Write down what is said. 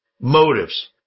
motives